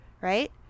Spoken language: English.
right